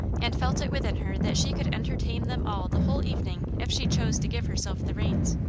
and felt it within her that she could entertain them all the whole evening if she chose to give herself the reins.